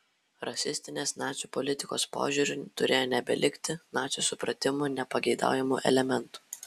rasistinės nacių politikos požiūriu turėjo nebelikti nacių supratimu nepageidaujamų elementų